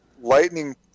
Lightning